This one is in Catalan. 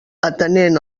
atenent